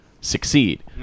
succeed